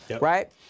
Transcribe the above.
Right